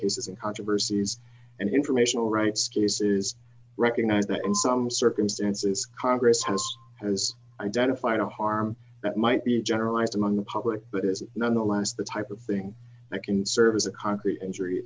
cases in controversies and informational rights cases recognize that in some circumstances congress has has identified the harm that might be generalized among the public but it is nonetheless the type of thing that can serve as a concrete injury